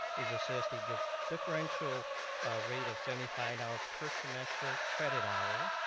is assessed a differential rate of seventy five dollars per semester credit hour.